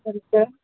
సరిగా